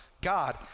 God